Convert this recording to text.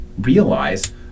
realize